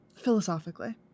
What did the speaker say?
Philosophically